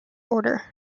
order